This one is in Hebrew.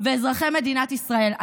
ואזרחי מדינת ישראל,